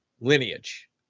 lineage